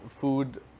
food